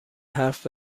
حرف